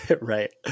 right